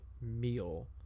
meal